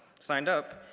signed up,